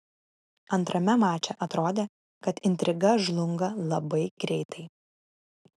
antrame mače atrodė kad intriga žlunga labai greitai